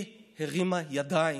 היא הרימה ידיים,